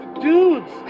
dudes